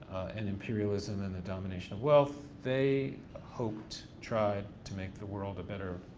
and imperialism and the domination of wealth. they hoped, tried, to make the world a better,